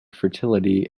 fertility